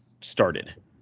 started